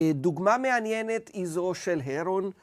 ‫דוגמה מעניינת היא זו של הרון.